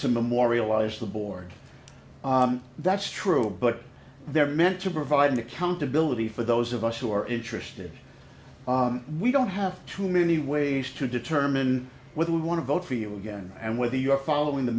to memorialize the board that's true but they're meant to provide an accountability for those of us who are interested we don't have too many ways to determine whether we want to vote for you again and whether you're following the